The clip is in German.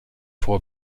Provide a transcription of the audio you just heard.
vor